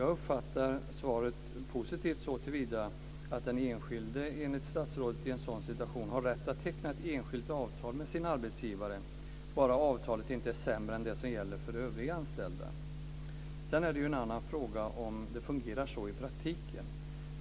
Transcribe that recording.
Jag uppfattar svaret positivt såtillvida att den enskilde enligt statsrådet i en sådan situation har rätt att teckna ett enskilt avtal med sin arbetsgivare, bara avtalet inte är sämre än det som gäller för övriga anställda. Sedan är det en annan fråga om det fungerar så i praktiken.